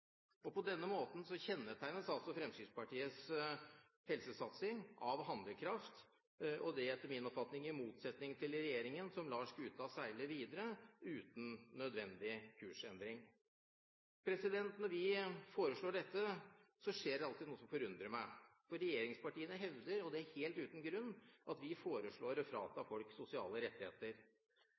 pst. På denne måten kjennetegnes Fremskrittspartiets helsesatsing av handlekraft, og det etter min oppfatning i motsetning til regjeringen, som lar skuta seile videre uten nødvendig kursendring. Når vi foreslår dette, skjer det alltid noe som forundrer meg. Regjeringspartiene hevder, og det helt uten grunn, at vi foreslår å frata folk sosiale rettigheter.